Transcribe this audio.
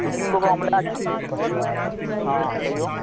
दू तीन गो कऽ हम लए कऽ हँ कहियौ